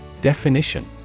Definition